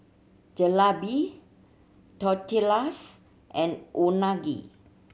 Jalebi Tortillas and Unagi